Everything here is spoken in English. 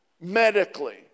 medically